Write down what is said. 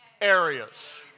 areas